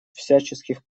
всяческих